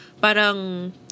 parang